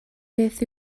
beth